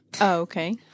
Okay